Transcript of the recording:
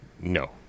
No